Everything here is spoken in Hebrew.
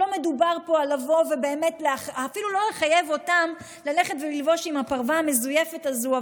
לא מדובר פה על לבוא ואפילו לא לחייב אותם ללבוש את הפרווה המזויפת הזו,